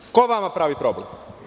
Ko vama pravi problem?